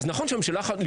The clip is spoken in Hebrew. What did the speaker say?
שרת החדשנות,